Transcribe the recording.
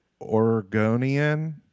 Oregonian